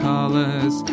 Colors